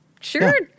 Sure